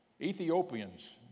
Ethiopians